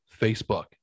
Facebook